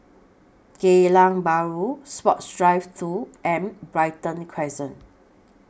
Geylang Bahru Sports Drive two and Brighton Crescent